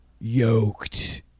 yoked